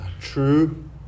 true